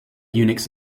unix